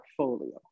portfolio